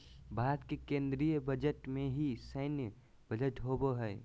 भारत के केन्द्रीय बजट में ही सैन्य बजट होबो हइ